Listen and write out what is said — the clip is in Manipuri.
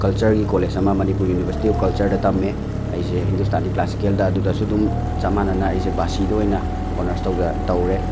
ꯀꯜꯆꯔꯒꯤ ꯀꯣꯂꯦꯖ ꯑꯃ ꯃꯅꯤꯄꯨꯔ ꯌꯨꯅꯤꯚꯔꯁꯤꯇꯤ ꯑꯣꯐ ꯀꯜꯆꯔꯗ ꯇꯝꯃꯦ ꯑꯩꯁꯦ ꯍꯤꯟꯗꯨꯁꯇꯥꯅꯤ ꯀ꯭ꯂꯥꯁꯤꯀꯦꯜꯗ ꯑꯗꯨꯗꯁꯨ ꯑꯗꯨꯝ ꯆꯞ ꯃꯥꯅꯅ ꯑꯩꯁꯦ ꯕꯥꯁꯤꯗ ꯑꯣꯏꯅ ꯑꯣꯅꯔꯁ ꯇꯧꯖ ꯇꯧꯔꯦ